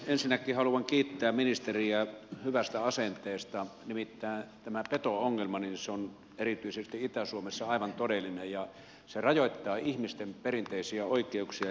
ensinnäkin haluan kiittää ministeriä hyvästä asenteesta nimittäin tämä peto ongelma on erityisesti itä suomessa aivan todellinen ja se rajoittaa ihmisten perinteisiä oikeuksia